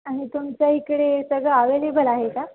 आणि तुमच्या इकडे सगळं अवेलेबल आहे का